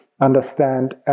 understand